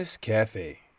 cafe